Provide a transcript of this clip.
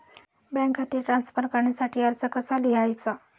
Bank खाते transfer करण्यासाठी अर्ज कसा लिहायचा?